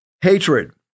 Hatred